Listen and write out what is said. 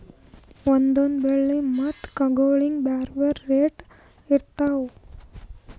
ಒಂದೊಂದ್ ಬೆಳಿ ಮತ್ತ್ ಕಾಳ್ಗೋಳಿಗ್ ಬ್ಯಾರೆ ಬ್ಯಾರೆ ರೇಟ್ ಇರ್ತವ್